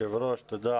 היושב-ראש תודה,